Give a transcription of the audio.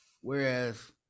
whereas